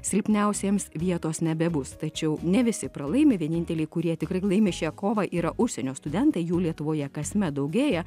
silpniausiems vietos nebebus tačiau ne visi pralaimi vieninteliai kurie tikrai laimi šią kovą yra užsienio studentai jų lietuvoje kasmet daugėja